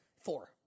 Four